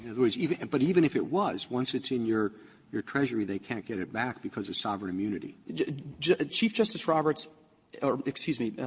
in other words, even and but even if it was, once it's in your your treasury they can't get it back because of sovereign immunity. yarger chief justice roberts or, excuse me,